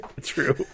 True